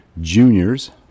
Juniors